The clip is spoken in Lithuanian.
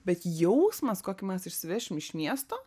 bet jausmas kokį mes išsivešim iš miesto